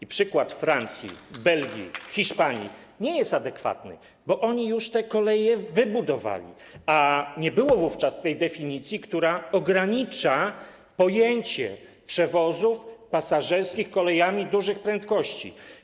A przykład Francji, Belgii, Hiszpanii nie jest adekwatny, bo oni już te koleje wybudowali, a nie było wówczas tej definicji, która ogranicza zakres pojęcia przewozów pasażerskich kolejami dużych prędkości.